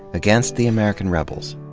against the american rebels.